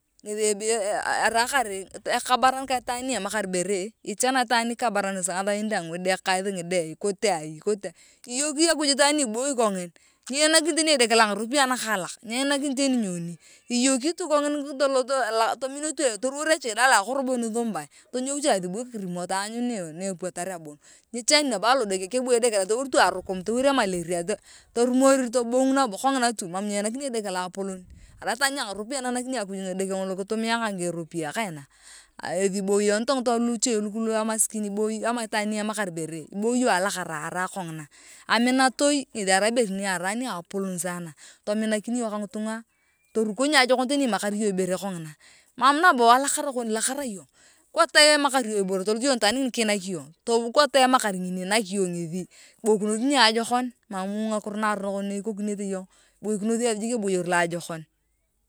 Ngethi iboe erakari ekabairan ka itwaan ni emakar ibere ichani itaan nikabaran ngathain dang edekathi ngide ikote aai ikote aii iyoki akuj itwaan ni iboi kongin nyeinakini teni idake lo angarooiai anakalaak nyeinakini teni nyoni iyoki tu kongin toloto toruwor echida lo akoro bon ithumbai tonyou cha athubui kirimo tanyaan ne epuatare bon nyichani nabo alodeke kebu edeki deng toruor tu arukum toruwor emaleria torumor tubong kong’ina tu mam nyeinakini edeko loapolon arai itwaan ni angaropiae ngethi einanakini akuj edeke ngolo kitumia ngake rupiae kongina ethi iboyonoto ngitunga luche lu amaskini ama itwaan ni amakar ebere iboyoto kongina aminatoi ngethi arai ibere niapolon sana tominakin iyong ka ngitunga taruko niajokon teni emakar iyong ibere mam nabo alakara kon ilakara iyong kwa ta imakar iyong ibore tolot yong nitwaan ngini kiinak iyong kwa ta emakar ngini nak yong ngethi kiboikonos niajo kon mam ngakiro naaronok nakikokinete yong kiboikinoth eeth jik eboyor loajokon.